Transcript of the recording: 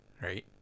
right